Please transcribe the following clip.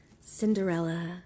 Cinderella